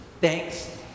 Thanks